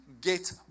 get